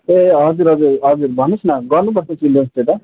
ए हजुर हजुर हजुर भन्नु होस् न गर्नु पर्छ चिल्ड्रेन डे त